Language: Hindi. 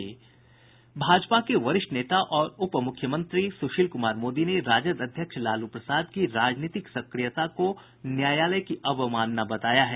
भाजपा के वरिष्ठ नेता और उपमुख्यमंत्री सुशील कुमार मोदी ने राजद अध्यक्ष लालू प्रसाद की राजनीतिक सक्रियता को न्यायालय की अवमानना बताया है